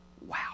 Wow